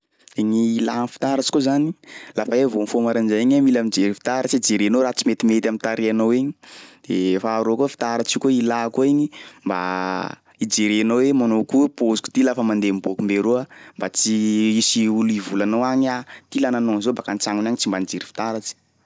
Gny ilà fitaratsy koa zany, lafa iha vao mifoha maraindray igny e mila mijery fitaratsy, jerenao raha tsy metimety am'tarehinao igny de faharoa koa fitaratsy io koa ilà koa igny mba ijerenao koa hoe manao akory pôziko ty lafa mandeha miboaky mberoa mba tsy hisy olo hivola anao agny a ty lahy nanao an'zao baka an-tsagnony agny tsy mba nijery fitataratsy.